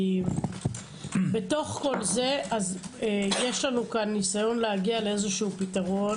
בתוך כל זה יש לנו ניסיון להגיע לפתרון.